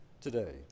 today